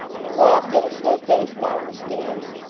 and walked at a slow pace down the stairs.